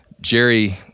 Jerry